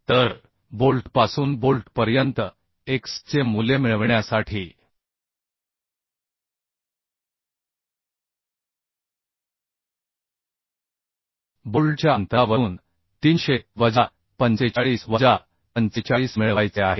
तर बोल्टपासून बोल्टपर्यंत x चे मूल्य मिळविण्यासाठी बोल्टच्या अंतरावरून 300 वजा 45 वजा 45 मिळवायचे आहे